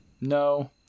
no